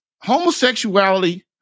Homosexuality